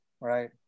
right